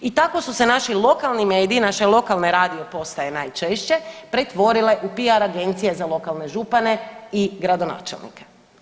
I tako su se naši lokalni mediji, naše lokalne radiopostaje najčešće pretvorile u PR agencije za lokalne župane i gradonačelnike.